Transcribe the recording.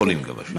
חולים גם עשירים.